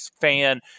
fan